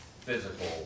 physical